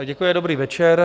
Děkuji, dobrý večer.